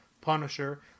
punisher